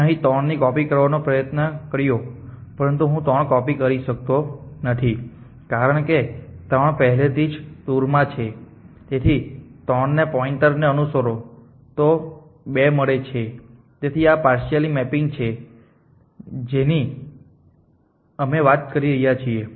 મેં અહીં ૩ ની કોપી કરવાનો પ્રયાસ કર્યો પરંતુ હું ૩ ની કોપી કરી શકતો નથી કારણ કે ૩ પહેલેથી જ ટૂર માં છે તેથી 3 થી પોઇન્ટરને અનુસરો તો 2 મળે છે તેથી આ પાર્શ્યલી મેપિંગ છે જેની અમે વાત કરી રહ્યા છીએ